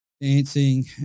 dancing